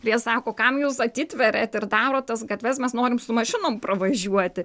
ir jie sako kam jūs atsitveriat ir darot tas gatves mes norim su mašinom pravažiuoti